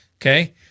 Okay